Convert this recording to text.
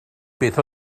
beth